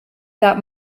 that